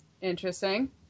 Interesting